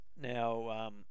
Now